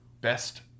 Best